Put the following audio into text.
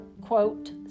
quote